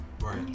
Right